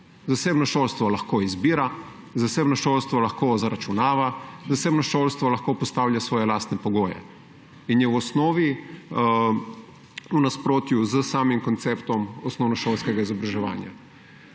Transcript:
Zasebno šolstvo lahko izbira, zasebno šolstvo lahko zaračunava, zasebno šolstvo lahko postavlja svoje lastne pogoje in je v osnovi v nasprotju s samim konceptom osnovnošolskega izobraževanja.